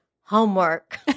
homework